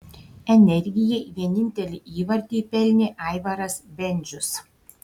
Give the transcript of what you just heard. energijai vienintelį įvartį pelnė aivaras bendžius